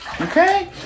Okay